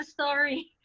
sorry